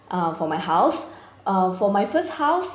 uh for my house uh for my first house